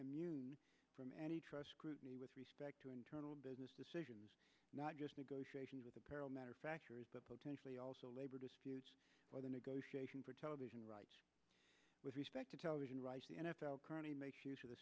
immune from any trust scrutiny with respect to internal business decisions not just negotiations with apparel matter of fact potentially also labor disputes the negotiation for television rights with respect to television rights the n f l currently makes use of the